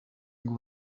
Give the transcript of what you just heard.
ngo